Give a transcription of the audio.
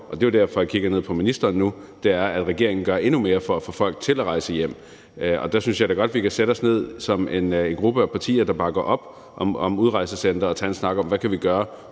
og det er derfor, at jeg kigger ned på ministeren nu – at regeringen gør endnu mere for at få folk til at rejse hjem. Og der synes jeg da godt, at vi kan sætte os ned som en gruppe af partier, der bakker op om udrejsecentre, og tage en snak om, hvad vi kan gøre